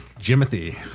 Jimothy